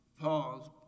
pause